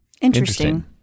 Interesting